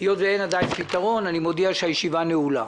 הישיבה נעולה.